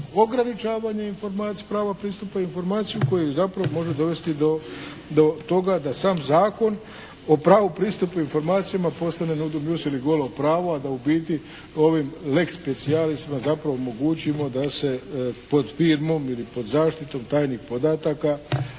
ograničavanje prava pristupa informacijama koji zapravo može dovesti do toga da sam zakon o pravu pristupa informacijama postane …/Govornik se ne razumije./… ili golo pravo, a da u biti ovim lex specialis zapravo omogućimo da se pod firmom ili pod zaštitom tajnih podataka